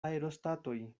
aerostatoj